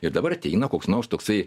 ir dabar ateina koks nors toksai